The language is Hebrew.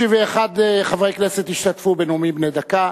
31 חברי כנסת השתתפו בנאומים בני דקה.